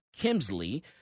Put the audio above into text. Kimsley